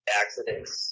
accidents